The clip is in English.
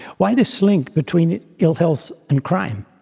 why this link between ill-health and crime?